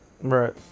right